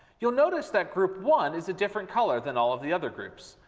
you'll notice that group one is a different color than all of the other groups.